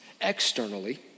Externally